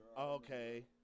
Okay